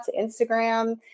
Instagram